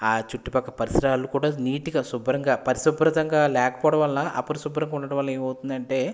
ఆ చుట్టుపక్కల పరిసరాలు కూడా నీట్గా శుభ్రంగా పరిశుభ్రతంగా లేకపోవడం వల్ల అపరిశుభ్రతంగా ఉండటం వల్ల ఏమవుతుంది అంటే